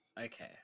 Okay